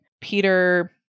Peter